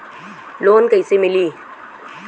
Loan कईसे मिली?